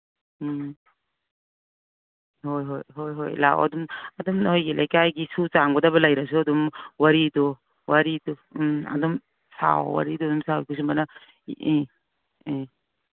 ꯎꯝ ꯍꯣꯏ ꯍꯣꯏ ꯍꯣꯏ ꯍꯣꯏ ꯂꯥꯛꯑꯣ ꯑꯗꯨꯝ ꯑꯗꯨꯝ ꯅꯣꯏꯒꯤ ꯂꯩꯀꯥꯏꯒꯤ ꯁꯨ ꯆꯥꯝꯒꯗꯕ ꯂꯩꯔꯁꯨ ꯑꯗꯨꯝ ꯋꯥꯔꯤꯗꯨ ꯋꯥꯔꯤꯗꯨ ꯎꯝ ꯑꯗꯨꯝ ꯁꯥꯎ ꯋꯥꯔꯤꯗꯨ ꯑꯗꯨꯝ ꯁꯥꯎ ꯁꯨꯃꯥꯏꯅ ꯎꯝ ꯎꯝ